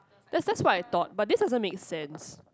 that's that's what I thought but this doesn't make sense